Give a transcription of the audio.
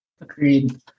Agreed